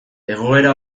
egoera